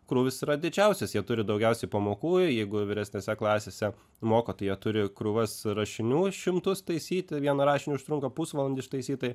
krūvis yra didžiausias jie turi daugiausiai pamokų jeigu vyresnėse klasėse moko tai jie turi krūvas rašinių šimtus taisyti vieną rašinį užtrunka pusvalandį ištaisyti tai